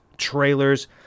Trailers